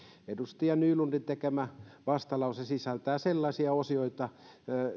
edustaja nylundin tekemä vastalause sisältää sellaisia osioita